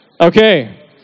Okay